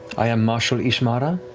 i am marshal ishmara,